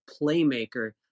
playmaker